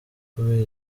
kubera